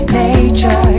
nature